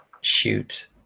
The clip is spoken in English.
Shoot